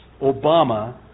Obama